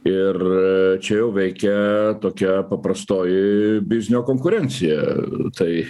ir čia jau veikia tokia paprastoji biznio konkurencija tai